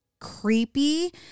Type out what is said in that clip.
creepy